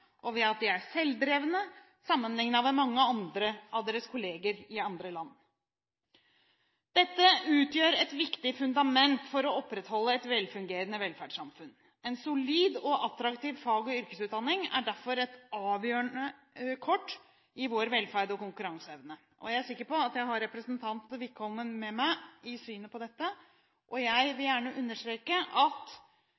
og ved at de er selvdrevne, sammenliknet med mange av deres kolleger i andre land. Dette utgjør et viktig fundament for å opprettholde et velfungerende velferdssamfunn. En solid og attraktiv fag- og yrkesutdanning er derfor et avgjørende kort i vår velferd og konkurranseevne. Jeg er sikker på at jeg har representanten Wickholm med meg i synet på dette. Jeg vil